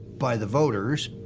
by the voters,